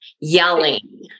Yelling